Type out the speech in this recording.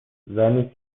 زنی